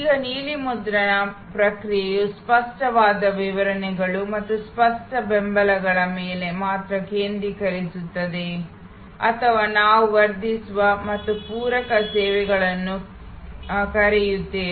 ಈಗ ನೀಲಿ ಮುದ್ರಣ ಪ್ರಕ್ರಿಯೆಯು ಸ್ಪಷ್ಟವಾದ ವಿತರಣೆಗಳು ಮತ್ತು ಸ್ಪಷ್ಟ ಬೆಂಬಲಗಳ ಮೇಲೆ ಮಾತ್ರ ಕೇಂದ್ರೀಕರಿಸುತ್ತದೆ ಅಥವಾ ನಾವು ವರ್ಧಿಸುವ ಮತ್ತು ಪೂರಕ ಸೇವೆಗಳನ್ನು ಕರೆಯುತ್ತೇವೆ